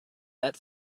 that